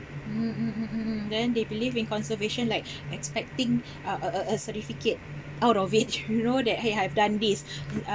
mm mm mm mm mm mm then they believe in conservation like expecting a a a a certificate out of it you know that !hey! I've done this